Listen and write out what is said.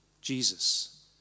Jesus